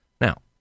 Now